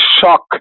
shock